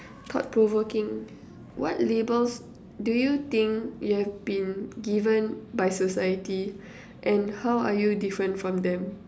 thought provoking what labels do you think you have been given by society and how are you different from them